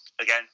Again